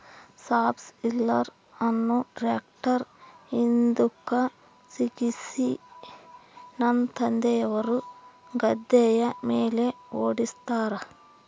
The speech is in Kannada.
ಸಬ್ಸಾಯಿಲರ್ ಅನ್ನು ಟ್ರ್ಯಾಕ್ಟರ್ನ ಹಿಂದುಕ ಸಿಕ್ಕಿಸಿ ನನ್ನ ತಂದೆಯವರು ಗದ್ದೆಯ ಮೇಲೆ ಓಡಿಸುತ್ತಾರೆ